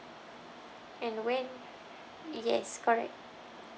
and when yes correct